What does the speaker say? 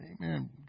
amen